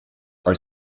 are